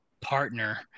partner